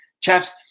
chaps